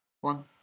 one